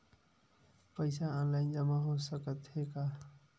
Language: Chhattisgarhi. पईसा ऑनलाइन जमा हो साकत हे का?